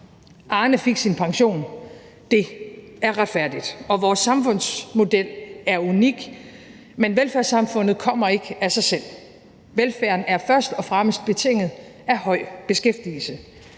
Arne fik sin pension, og det er retfærdigt. Vores samfundsmodel er unik, men velfærdssamfundet kommer ikke af sig selv, for velfærden er først og fremmest betinget af høj beskæftigelse.